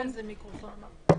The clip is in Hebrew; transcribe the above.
בוקר טוב.